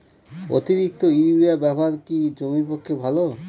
অতিরিক্ত ইউরিয়া ব্যবহার কি জমির পক্ষে ভালো?